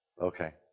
Okay